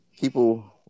people